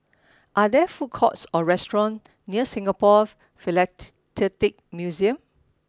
are there food courts or restaurant near Singapore Philatelic Museum